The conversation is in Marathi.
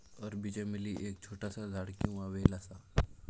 अरबी चमेली एक छोटासा झाड किंवा वेल असा